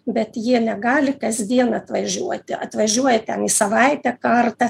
bet jie negali kasdien atvažiuoti atvažiuoja ten į savaitę kartą